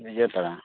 ᱵᱤᱡᱚᱭ ᱯᱟᱲᱟ